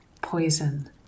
poison